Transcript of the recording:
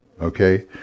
okay